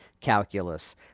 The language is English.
calculus